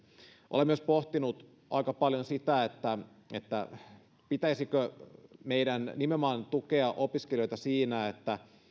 olen myös pohtinut aika paljon sitä pitäisikö meidän nimenomaan tukea opiskelijoita siinä että